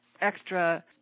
extra